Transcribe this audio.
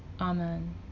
Amen